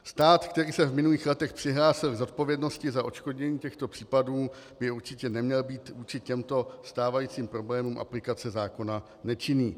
Stát, který se v minulých letech přihlásil k zodpovědnosti za odškodnění těchto případů, by určitě neměl být vůči těmto stávajícím problémům aplikace zákona nečinný.